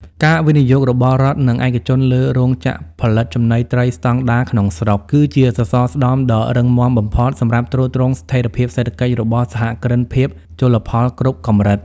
ការវិនិយោគរបស់រដ្ឋ និងឯកជនលើរោងចក្រផលិតចំណីត្រីស្ដង់ដារក្នុងស្រុក គឺជាសសរស្តម្ភដ៏រឹងមាំបំផុតសម្រាប់ទ្រទ្រង់ស្ថិរភាពសេដ្ឋកិច្ចរបស់សហគ្រិនភាពជលផលគ្រប់កម្រិត។